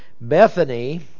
Bethany